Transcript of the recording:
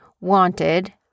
Wanted